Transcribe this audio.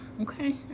Okay